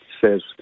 says